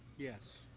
yes.